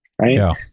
Right